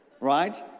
right